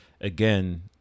again